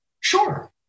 Sure